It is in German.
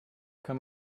kann